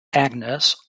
agnes